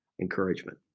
encouragement